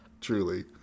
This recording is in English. Truly